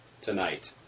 tonight